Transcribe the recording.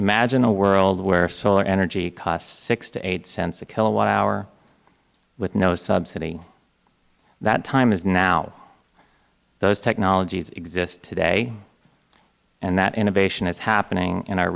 imagine a world where solar energy costs six to eight cents a kilowatt hour with no subsidy that time is now those technologies exist today and that innovation is happening in our